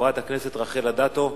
חברת הכנסת רחל אדטו,